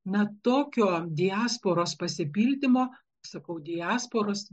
na tokio diasporos pasipildymo sakau diasporos